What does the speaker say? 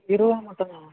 இருபது ரூபா மட்டும்தானா